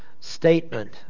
statement